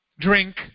Drink